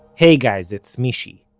hey guys, it's mishy.